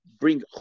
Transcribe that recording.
bring